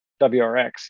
wrx